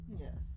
yes